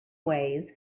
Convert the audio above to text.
ways